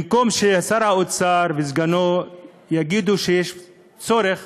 במקום ששר האוצר וסגנו יגידו שיש צורך